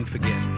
Forget